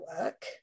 work